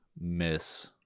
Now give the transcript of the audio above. miss